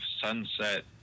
sunset